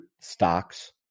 stocks